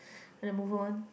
gonna move on